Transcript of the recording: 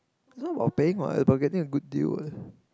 it's not about paying what it's about getting a good deal what